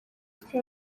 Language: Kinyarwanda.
twe